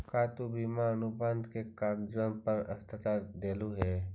का तु बीमा अनुबंध के कागजबन पर हस्ताक्षरकर देलहुं हे?